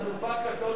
חנופה כזאת.